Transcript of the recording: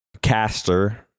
caster